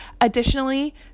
Additionally